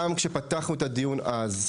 גם כשפתחנו את הדיון אז,